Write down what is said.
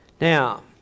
Now